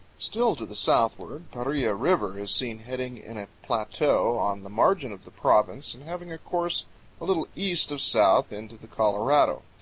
still to the southward paria river is seen heading in a plateau on the margin of the province and having a course a little east of south into the colorado.